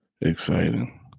exciting